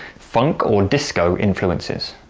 funk or disco influences,